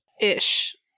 ish